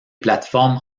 plateformes